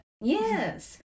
yes